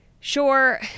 Sure